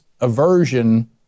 aversion